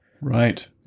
Right